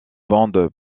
bandes